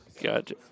Gotcha